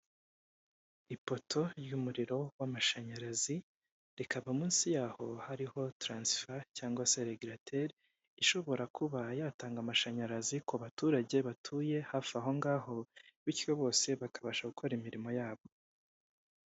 Ipoto y'umuriro w'amashanyarazi ikaba munsi yaho hariho taransifa cyangwa regerateri ishobora kuba yatanga amashanyarazi ku baturage batuye hafi aho ngaho bityo bose bakabasha gukora imirimo yabo.